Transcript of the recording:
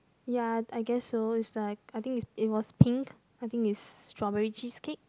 ya I I guess so is like I think it's it was pink I think is strawberry cheesecake